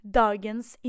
dagens